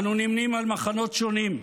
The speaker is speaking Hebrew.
אנו נמנים על מחנות שונים.